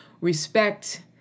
respect